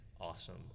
awesome